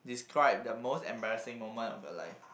describe the most embarrassing moment of your life